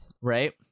right